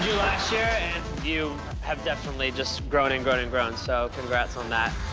last year and you have definitely just grown and grown and grown, so congrats on that.